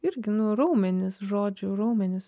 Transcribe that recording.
irgi nu raumenys žodžiu raumenys